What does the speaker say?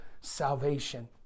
salvation